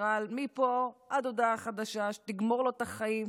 רעל מפה עד הודעה חדשה שתגמור לו את החיים,